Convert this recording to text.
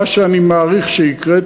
מה שאני מעריך שיקרה,